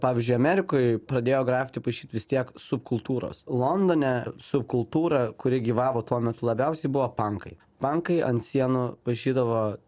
pavyzdžiui amerikoj pradėjo grafiti paišyt vis tiek subkultūros londone subkultūra kuri gyvavo tuo metu labiausiai buvo pankai pankai ant sienų paišydavo